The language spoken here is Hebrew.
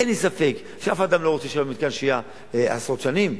אין לי ספק שאף אדם לא רוצה להישאר במתקן שהייה עשרות שנים.